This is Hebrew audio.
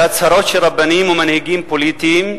בהצהרות של רבנים ומנהיגים פוליטיים,